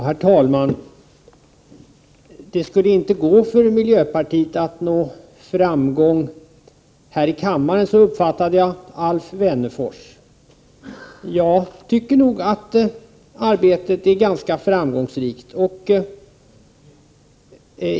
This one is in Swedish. Herr talman! Miljöpartiet skulle inte kunna nå framgång här i kammaren — så uppfattade jag Alf Wennerfors. Jag tycker nog att arbetet är ganska framgångsrikt.